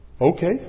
Okay